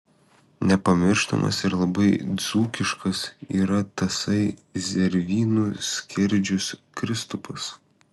nepamirštamas ir labai dzūkiškas yra tasai zervynų skerdžius kristupas